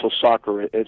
soccer